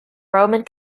roman